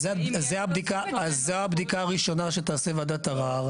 אז זו הבדיקה הראשונה שתעשה בוועדת ערר.